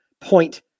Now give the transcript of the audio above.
point